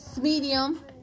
medium